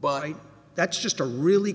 but that's just a really